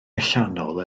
allanol